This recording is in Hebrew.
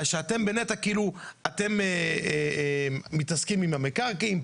שאתם בנת"ע כאילו מתעסקים עם המקרקעין,